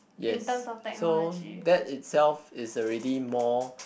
yes so that itself is already more